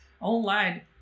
online